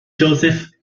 joseph